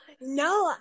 No